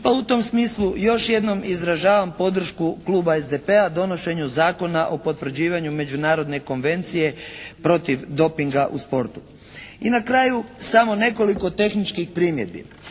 pa u tom smislu još jednom izražavam podršku kluba SDP-a donošenju Zakona o potvrđivanju Međunarodne konvencije protiv dopinga u sportu. I na kraju samo nekoliko tehničkih primjedbi.